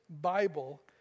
Bible